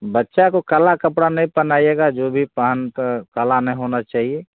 बच्चा को काला कपड़ा नहीं पहनाइएगा जो भी पहन्त काला नहीं होना चाहिए